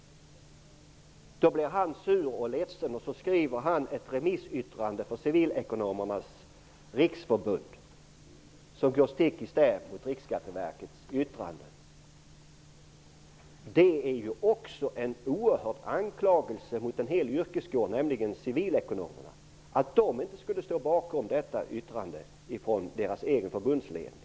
Då blev han sur och ledsen. Därför skrev han ett remissyttrande för Civilekonomernas riksförbund som går stick i stäv mot Riksskatteverkets yttranden. Det är en oerhört stor anklagelse mot en hel yrkeskår, civilekonomerna, att säga att de inte skulle stå bakom detta yttrande från deras egen förbundsledning.